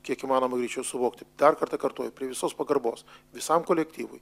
kiek įmanoma greičiau suvokti dar kartą kartoju prie visos pagarbos visam kolektyvui